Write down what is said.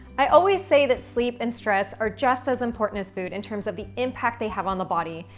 i always say that sleep and stress are just as important as food in terms of the impact they have on the body,